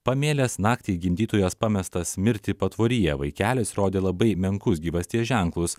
pamėlęs naktį gimdytojos pamestas mirti patvoryje vaikelis rodė labai menkus gyvasties ženklus